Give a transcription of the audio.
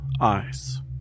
eyes